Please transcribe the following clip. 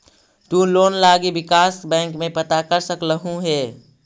तु लोन लागी विकास बैंक में पता कर सकलहुं हे